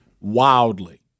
wildly